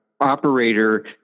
operator